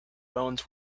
bones